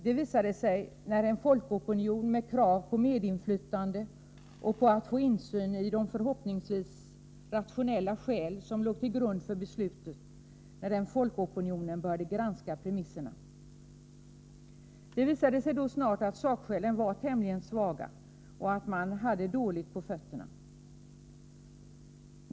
Det framkom när en folkopinion med krav på medinflytande och insyn i de förhoppningsvis rationella skäl som låg till grund för beslutet började granska premisserna. Sakskälen var tämligen svaga, och man hade dåligt på fötterna.